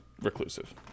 reclusive